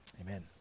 Amen